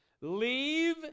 leave